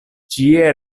ĉie